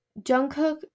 jungkook